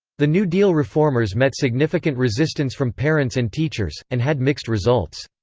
the new deal reformers met significant resistance from parents and teachers, and had mixed results.